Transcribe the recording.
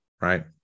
right